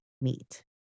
meet